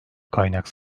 kaynak